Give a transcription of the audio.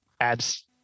adds –